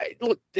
Look